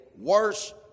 worse